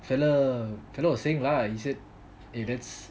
fellow fellow was saying lah he said